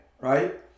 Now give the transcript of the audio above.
right